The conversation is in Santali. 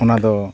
ᱚᱱᱟ ᱫᱚ